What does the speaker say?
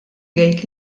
jgħid